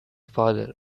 father